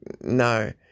no